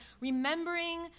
Remembering